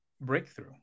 breakthrough